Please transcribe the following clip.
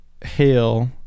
hail